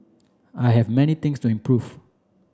I have many things to improve